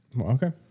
Okay